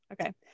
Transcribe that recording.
Okay